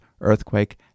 earthquake